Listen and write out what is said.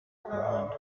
muhanda